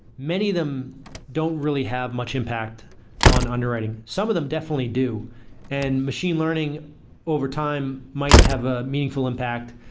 many of them don't really have much impact on underwriting. some of them definitely do and machine learning over time might have a meaningful impact,